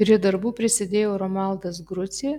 prie darbų prisidėjo romualdas grucė